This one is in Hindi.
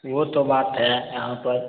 वह तो बात है यहाँ पर